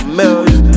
million